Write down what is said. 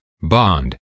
bond